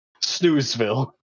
Snoozeville